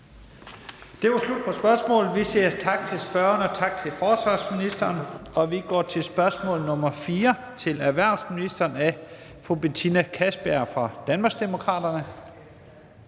Det var slut på spørgsmålet. Vi siger tak til spørgeren og til forsvarsministeren. Vi går til spørgsmål nr. 4 til erhvervsministeren af fru Betina Kastbjerg fra Danmarksdemokraterne.